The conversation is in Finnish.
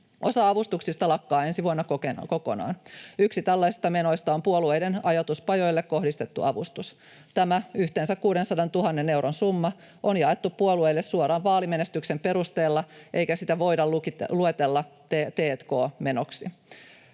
Osa avustuksista lakkaa ensi vuonna kokonaan. Yksi tällaisista menoista on puolueiden ajatuspajoille kohdistettu avustus. Tämä yhteensä 600 000 euron summa on jaettu puolueille suoraan vaalimenestyksen perusteella, eikä sitä voida luokitella t&k-menoksi.